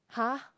!huh!